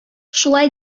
шулай